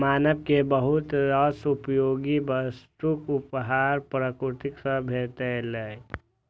मानव कें बहुत रास उपयोगी वस्तुक उपहार प्रकृति सं भेटलैए